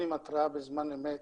נותנם התראה בזמן אמת